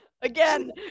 Again